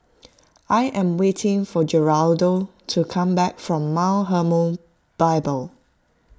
I am waiting for Geraldo to come back from Mount Hermon Bible